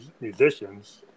musicians